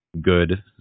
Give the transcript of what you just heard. good